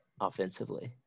offensively